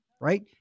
right